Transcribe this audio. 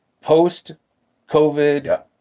post-COVID